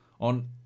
On